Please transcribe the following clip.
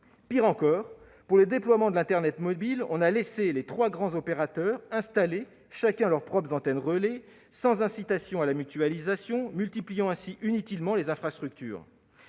Pis, pour le déploiement de l'internet mobile, on a laissé les trois grands opérateurs installer chacun leurs propres antennes relais, sans incitation à la mutualisation, multipliant ainsi inutilement les infrastructures.